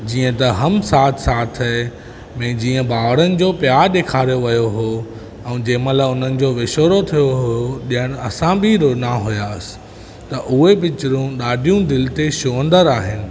जीअं त हम साथ साथ है में जीअं भाउरनि जो प्यारु ॾेखारियो वियो हुओ ऐं जंहिं महिल हुननि विछोड़ो थियो हुओ ॼाण असां बि रोना हुआसीं त उहे पिचरूं ॾाढीयूं दिलि ते छुअंदड़ु आहिनि